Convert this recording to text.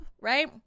right